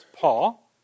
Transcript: Paul